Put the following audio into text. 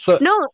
No